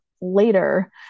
later